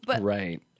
Right